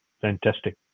Fantastic